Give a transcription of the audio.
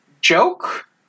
joke